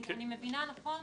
אני מבינה נכון?